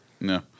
No